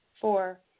Four